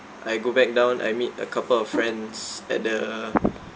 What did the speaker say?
I go back down I meet a couple of friends at the